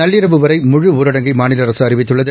நள்ளிரவு வரைமுழு ஊரடங்கை மாநில அரசுஅறிவித்துள்ளது